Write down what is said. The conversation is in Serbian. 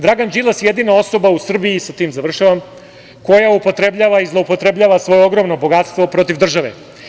Dragan Đilas je jedina osoba u Srbiji, sa tim završavam, koja upotrebljava i zloupotrebljava svoje ogromno bogatstvo protiv države.